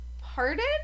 pardon